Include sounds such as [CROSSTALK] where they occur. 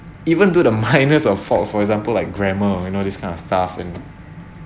even though the minors [LAUGHS] of fault for example like grammar you know this kind of stuff and